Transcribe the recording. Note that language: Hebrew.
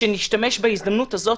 שנשתמש בהזדמנות הזאת,